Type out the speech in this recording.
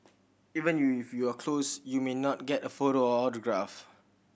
even if you are close you may not get a photo or autograph